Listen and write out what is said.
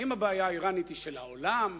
האם הבעיה האירנית היא של העולם?